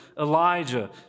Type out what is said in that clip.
Elijah